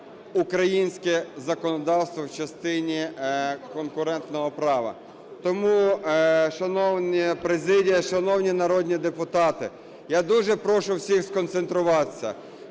українське законодавство в частині конкурентного права. Тому, шановна президія, шановні народні депутати, я дуже прошу всіх сконцентруватися.